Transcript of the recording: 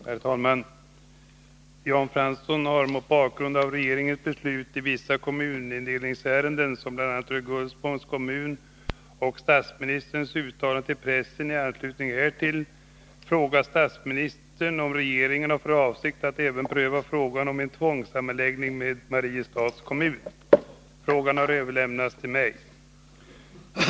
Herr talman! Jan Fransson har — mot bakgrund av regeringens beslut i vissa kommunindelningsärenden som bl.a. rör Gullspångs kommun och statsministerns uttalande till pressen i anslutning härtill — frågat statsministern om regeringen har för avsikt att även pröva frågan om en tvångssammanläggning med Mariestads kommun. Frågan har överlämnats till mig.